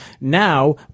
now